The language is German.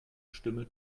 stimme